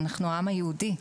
אנחנו העם היהודי.